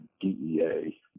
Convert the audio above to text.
DEA